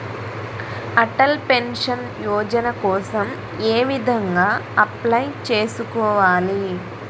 Atal pension Yojana కోసం ఏ విధంగా అప్లయ్ చేసుకోవాలి?